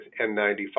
n95